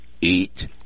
Eat